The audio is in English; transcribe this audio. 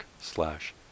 slash